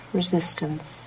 resistance